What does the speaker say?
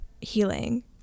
healing